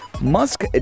Musk